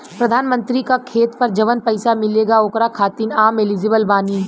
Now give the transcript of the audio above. प्रधानमंत्री का खेत पर जवन पैसा मिलेगा ओकरा खातिन आम एलिजिबल बानी?